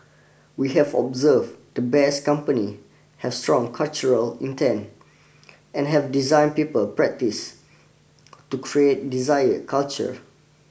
we have observe to 'Best Company' have strong cultural intent and have designed people practice to create desired culture